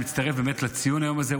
אני מצטרף באמת לציון היום הזה,